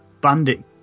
bandit